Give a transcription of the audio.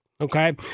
Okay